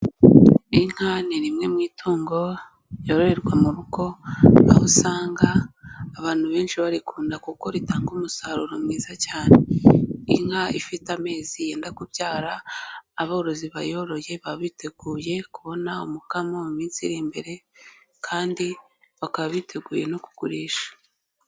Inka ni rimwe mu itungo ryoroherwa mu rugo, aho usanga abantu benshi barikunda kuko ritanga umusaruro mwiza cyane. Inka ifite amezi yenda kubyara aborozi bayoroye baba biteguye kubona umukamo mu minsi iri imbere, kandi bakaba biteguye no kugurisha.